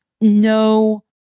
no